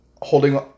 holding